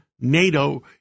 NATO